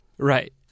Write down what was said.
Right